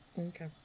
Okay